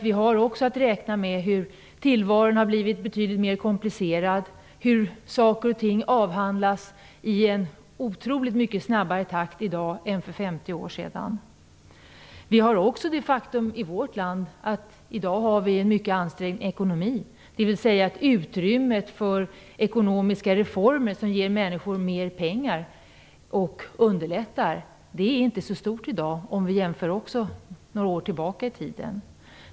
Vi har också att räkna med att tillvaron har blivit betydligt mer komplicerad och att saker och ting avhandlas i en otroligt mycket snabbare takt i dag än för 50 år sedan. Vi har också det faktum i vårt land att vi i dag har en mycket ansträngd ekonomi, dvs. att utrymmet för ekonomiska reformer som ger människor mer pengar och som underlättar inte är så stort i dag, om vi jämför med hur det var några år tillbaka i tiden.